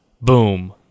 boom